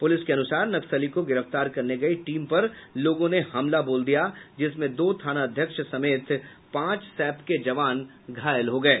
police के अनुसार नक्सली को गिरफ्तार करने गयी टीम पर लोगों ने हमला बोल दिया जिसमें दो थानाध्यक्ष समेत पांच सैप के जवान घायल हो गये